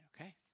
okay